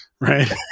Right